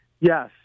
Yes